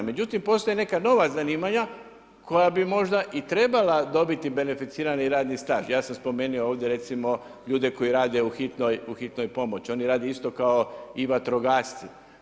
Međutim, postoje neka nova zanimanja, koja bi možda i trebala dobiti beneficirani radni staž, ja sam spomenuo ovdje recimo ljude koji rade u hitnoj pomoći, oni rade isto kao i vatrogasci.